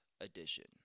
edition